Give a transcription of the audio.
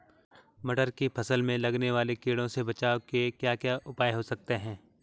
मटर की फसल में लगने वाले कीड़ों से बचाव के क्या क्या उपाय हो सकते हैं?